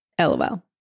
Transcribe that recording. lol